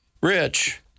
Rich